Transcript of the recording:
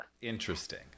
Interesting